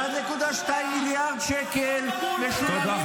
1.2 מיליארד שקל ----- תודה,